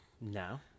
No